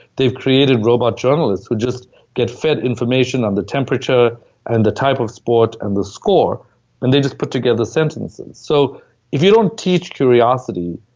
they've created robot journalists who just get fed information on the temperature and the type of sport and the score and they just put together sentences so if you don't teach curiosity,